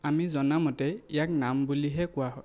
আমি জনা মতে ইয়াক নাম বুলিহে কোৱা হয়